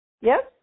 Yes